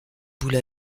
boule